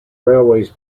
railways